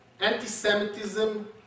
anti-Semitism